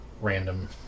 random